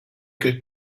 good